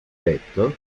detto